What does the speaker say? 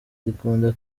zikunda